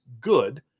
good –